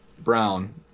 Brown